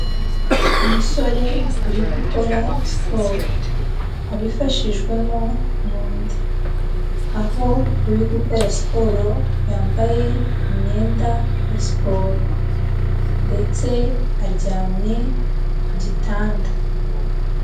Umusore uri gukora siporo abifashijwemo n'undi, aho uri gukora siporo yambaye imyenda ya siporo ndetse aryamye ku gitanda.